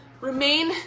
Remain